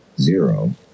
zero